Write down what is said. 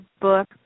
book